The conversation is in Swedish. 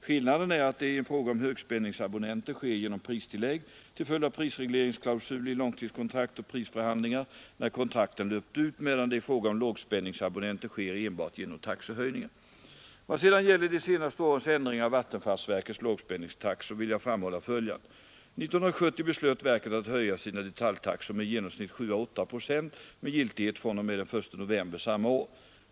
Skillnaden är att det i fråga om högspänningsabonnenter sker genom pristillägg till följd av prisregleringsklausuler i långtidskontrakt och prisförhandling när kontrakten löpt ut, medan det i fråga om lågspänningsabonnenter sker enbart genom taxehöjningar. Vad sedan gäller de senaste årens ändringar av vattenfallsverkets lågspänningstaxor vill jag framhålla följande. År 1970 beslöt verket att höja sina detaljtaxor med i genomsnitt 7 å 8 procent med giltighet fr.o.m. den I november samma år.